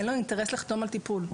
אין לו אינטרס לחתום על טיפול.